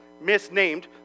misnamed